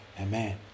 Amen